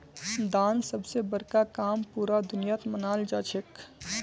दान सब स बड़का काम पूरा दुनियात मनाल जाछेक